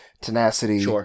Tenacity